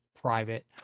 private